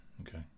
okay